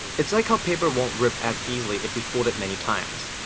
it's like how paper won't rip as easily if you fold it many times.